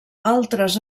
altres